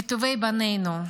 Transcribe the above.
מטובי בנינו.